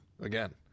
again